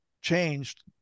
changed